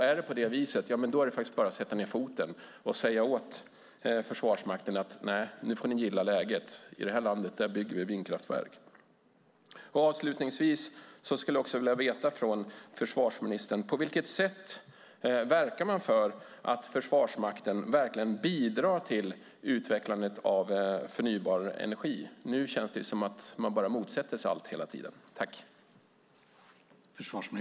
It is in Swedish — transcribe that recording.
Är det på det viset är det faktiskt bara att sätta ned foten och säga åt Försvarsmakten: Nu får ni gilla läget - i det här landet bygger vi vindkraftverk! Avslutningsvis skulle jag vilja veta från försvarsministern: På vilket sätt verkar Försvarsmakten för att bidra till utvecklandet av förnybar energi? Nu känns det som att man bara motsätter sig allt hela tiden.